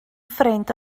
ffrind